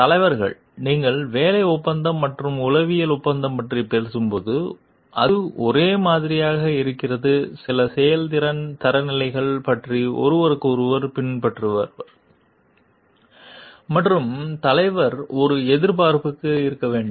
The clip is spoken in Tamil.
தலைவர் நீங்கள் வேலை ஒப்பந்தம் மற்றும் உளவியல் ஒப்பந்தம் பற்றி பேசும் போது அது ஒரே மாதிரியாக இருக்கிறது சில செயல்திறன் தரநிலைகள் பற்றி ஒருவருக்கொருவர் பின்பற்றுபவர் மற்றும் தலைவர் ஒரு எதிர்பார்ப்பு இருக்க வேண்டும்